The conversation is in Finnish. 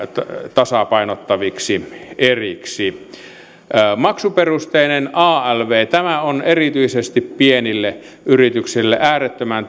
tasapainottaviksi eriksi maksuperusteinen alv tämä on erityisesti pienille yrityksille äärettömän